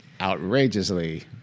outrageously